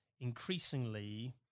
increasingly